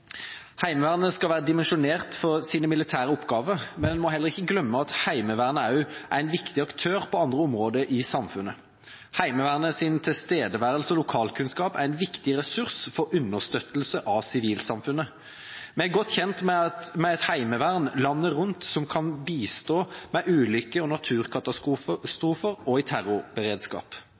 Heimevernet skal være dimensjonert for sine militære oppgaver, men vi må heller ikke glemme at Heimevernet er en viktig aktør på andre områder i samfunnet. Heimevernets tilstedeværelse og lokalkunnskap er en viktig ressurs for understøttelse av sivilsamfunnet. Vi er godt tjent med et heimevern landet rundt som kan bistå ved ulykker, naturkatastrofer og i terrorberedskapen. Derfor er det viktig at Heimevernet også i